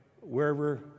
wherever